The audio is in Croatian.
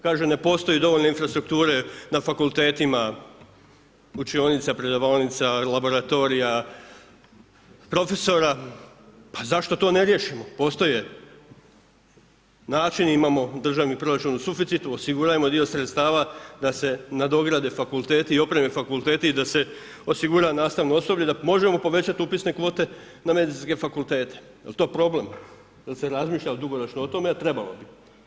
Kaže ne postoji dovoljno infrastrukture na fakultetima, učionica, prodavaonica laboratorija, profesora, pa zašto to ne riješimo, postoji načini, imamo državni proračun u suficitu, osiguramo dio sredstva da se nadograde fakulteti i opreme fakulteti i da se osigura nastavno osoblje da možemo povećati upisne kvote na medicinske fakultete, jel to problem, jel se razmišlja dugoročno o tome, jer trebalo bi.